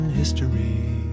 history